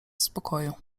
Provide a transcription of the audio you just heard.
spokoju